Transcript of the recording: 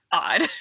odd